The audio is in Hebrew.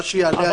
מה שיעלה היום.